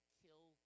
kill